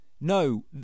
No